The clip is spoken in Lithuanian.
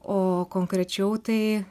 o konkrečiau tai